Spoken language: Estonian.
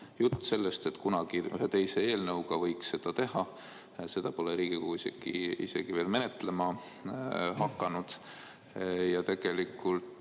juttu sellest, et kunagi ühe teise eelnõuga võiks seda teha, aga seda pole Riigikogu isegi veel menetlema hakanud. Tegelikult